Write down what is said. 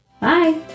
Bye